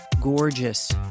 gorgeous